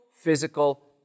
Physical